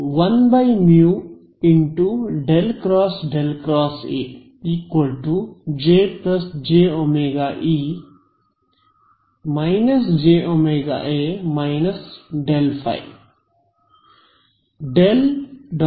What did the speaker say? ಆದ್ದರಿಂದ ∇× H J jωεE ok